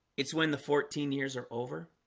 it's when the fourteen years are over